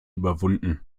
überwunden